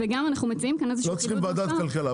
לא צריכים ועדת כלכלה.